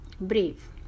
brave